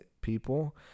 people